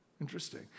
Interesting